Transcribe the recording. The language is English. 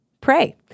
pray